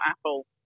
Apple